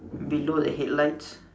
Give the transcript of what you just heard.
below the headlights